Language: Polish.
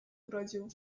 urodził